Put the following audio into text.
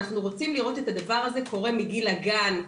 אנחנו רוצים לראות את הדבר הזה קורה מגיל הגן.